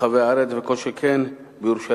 ברחבי הארץ וכל שכן בירושלים,